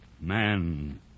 man